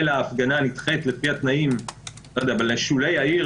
אלא ההפגנה נדחית לפי התנאים לשולי העיר,